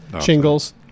shingles